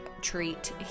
treat